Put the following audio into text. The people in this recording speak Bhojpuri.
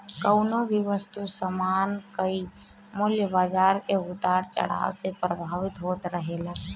कवनो भी वस्तु सामान कअ मूल्य बाजार के उतार चढ़ाव से प्रभावित होत रहेला